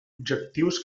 objectius